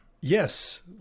Yes